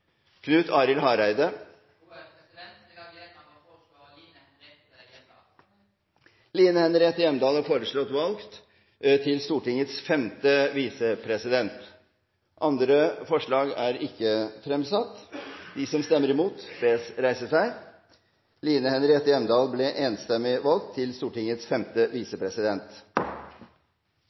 har gleda av å foreslå Line Henriette Hjemdal. Line Henriette Hjemdal er foreslått valgt til Stortingets femte visepresident. – Andre forslag foreligger ikke.